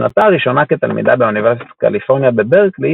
בשנתה הראשונה כתלמידה באוניברסיטת קליפורניה בברקלי